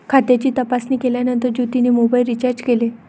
खात्याची तपासणी केल्यानंतर ज्योतीने मोबाइल रीचार्ज केले